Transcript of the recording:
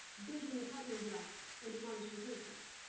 building apartment blocks and demolishing churches.